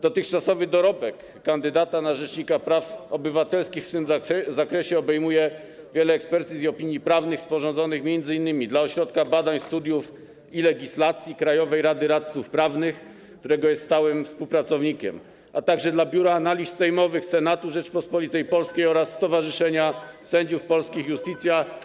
Dotychczasowy dorobek kandydata na rzecznika praw obywatelskich w tym zakresie obejmuje wiele ekspertyz i opinii prawnych sporządzonych m.in. dla Ośrodka Badań, Studiów i Legislacji Krajowej Rady Radców Prawnych, którego jest stałym współpracownikiem, a także dla Biura Analiz Sejmowych, Senatu Rzeczypospolitej Polskiej oraz Stowarzyszenia Sędziów Polskich Iustitia.